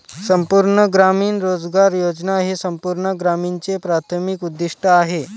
संपूर्ण ग्रामीण रोजगार योजना हे संपूर्ण ग्रामीणचे प्राथमिक उद्दीष्ट आहे